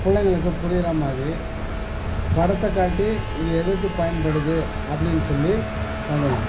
பிள்ளைங்களுக்கு புரிகிற மாதிரி படத்தை காட்டி இது எதுக்கு பயன்படுது அப்படின்னு சொல்லி பண்ணணும்